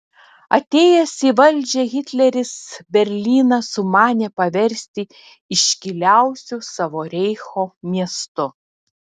atėjęs į valdžią hitleris berlyną sumanė paversti iškiliausiu savo reicho miestu